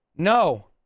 no